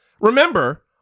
Remember